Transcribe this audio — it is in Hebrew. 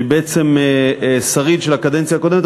שהיא בעצם שריד של הקדנציה הקודמת,